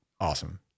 awesome